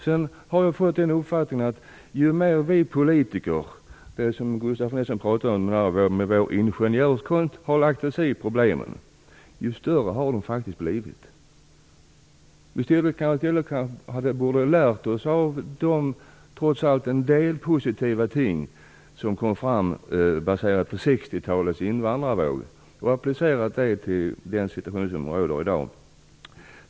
Jag har fått den uppfattningen, som Gustav von Essen säger, att ju mer vi politiker med vår ingenjörskonst har lagt oss i problemen, desto större har de faktiskt blivit. I stället borde vi ha lärt oss av en del positiva ting som är baserade på 60-talets invandrarvåg och applicerat dem på den situation som råder i dag.